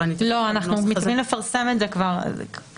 אנחנו מתכוונים כבר לפרסם את זה ככה.